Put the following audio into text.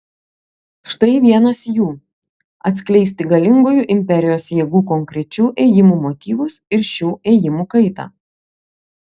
štai vienas jų atskleisti galingųjų imperijos jėgų konkrečių ėjimų motyvus ir šių ėjimų kaitą